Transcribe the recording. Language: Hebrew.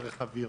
באמת.